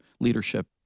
leadership